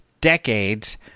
decades